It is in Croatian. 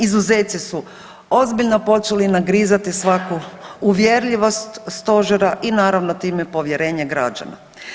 Izuzeci su ozbiljno počeli nagrizati svaku uvjerljivost Stožera i naravno time povjerenje građana.